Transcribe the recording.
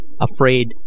afraid